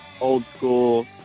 old-school